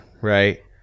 right